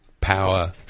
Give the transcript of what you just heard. power